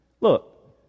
Look